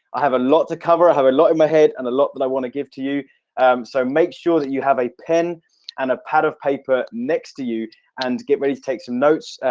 i have a lot to cover i have a lot in my head and a lot, but i want to give to you um so make sure that you have a pen and a pad of paper next to you and get ready to take some notes